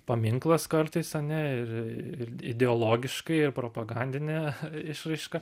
paminklas kartais ane ir ir ideologiškai ir propagandine išraiška